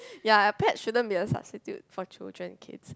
ya plate shouldn't be a substitute for children kids